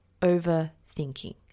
overthinking